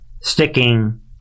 sticking